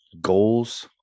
goals